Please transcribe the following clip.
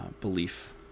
belief